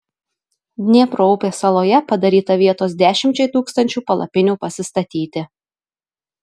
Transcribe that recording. dniepro upės saloje padaryta vietos dešimčiai tūkstančių palapinių pasistatyti